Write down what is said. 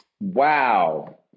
Wow